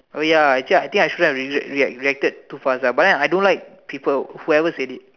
oh ya actually I think I shouldn't have re~ react reacted to fast lah but then I don't like people whoever said it